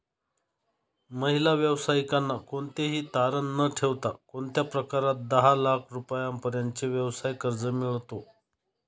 महिला व्यावसायिकांना कोणतेही तारण न ठेवता कोणत्या प्रकारात दहा लाख रुपयांपर्यंतचे व्यवसाय कर्ज मिळतो?